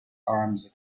arms